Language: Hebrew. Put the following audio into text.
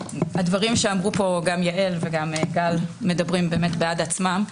הדברים שאמרו פה גם יעל וגם גל מדברים בעד עצמם.